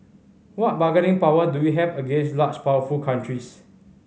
what bargaining power do we have against large powerful countries